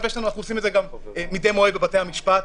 אנחנו עושים את זה מדי מועד בבתי המשפט.